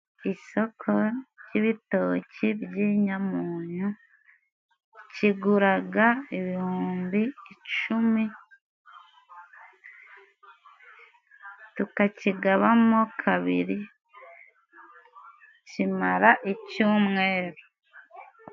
Isoko ry'ibitoki by'inyamunyu, kiguraga ibihumbi icumi, tukakigaba mo kabiri, kimara icyumweru.